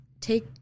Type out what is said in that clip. take